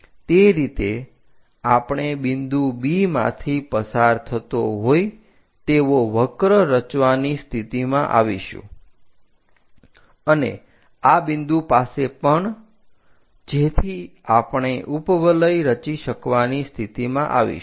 તે રીતે આપણે બિંદુ B માંથી પસાર થતો હોય તેવો વક્ર રચવાની સ્થિતિમાં આવીશું અને આ બિંદુ પાસે પણ જેથી આપણે ઉપવલય રચી શકવાની સ્થિતિમાં આવીશું